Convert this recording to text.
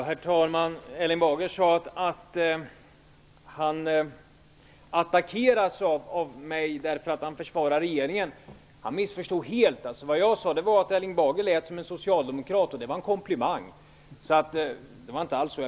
Herr talman! Erling Bager sade att han attackeras av mig, därför att han försvarar regeringen. Då missförstod han mig helt. Vad jag sade var att Erling Bager lät som en socialdemokrat, och det var en komplimang.